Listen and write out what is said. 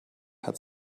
hat